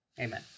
Amen